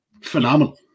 Phenomenal